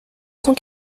cent